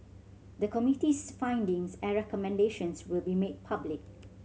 the Committee's findings and recommendations will be made public